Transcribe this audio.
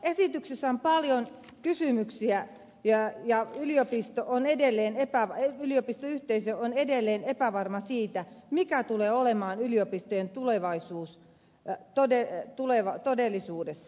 esityksessä on paljon kysymyksiä ja yliopistoyhteisö on edelleen epävarma siitä mikä tulee olemaan yliopistojen tulevaisuus todellisuudessa